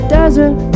Desert